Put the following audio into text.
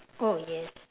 oh yes